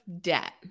debt